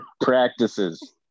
Practices